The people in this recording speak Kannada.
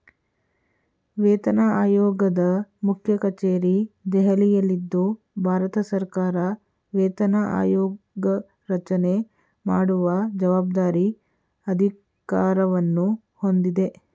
ವೇತನಆಯೋಗದ ಮುಖ್ಯಕಚೇರಿ ದೆಹಲಿಯಲ್ಲಿದ್ದು ಭಾರತಸರ್ಕಾರ ವೇತನ ಆಯೋಗರಚನೆ ಮಾಡುವ ಜವಾಬ್ದಾರಿ ಅಧಿಕಾರವನ್ನು ಹೊಂದಿದೆ